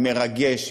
זה מרגש,